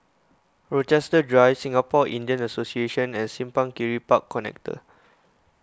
Rochester Drive Singapore Indian Association and Simpang Kiri Park Connector